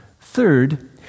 Third